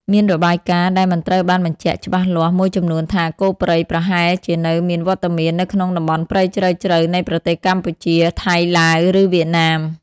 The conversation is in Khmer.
មានរបាយការណ៍ដែលមិនត្រូវបានបញ្ជាក់ច្បាស់លាស់មួយចំនួនថា គោព្រៃប្រហែលជានៅមានវត្តមាននៅក្នុងតំបន់ព្រៃជ្រៅៗនៃប្រទេសកម្ពុជា ថៃ ឡាវ ឬវៀតណាម។